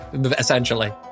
essentially